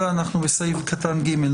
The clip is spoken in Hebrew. אנחנו בסעיף קטן (ג).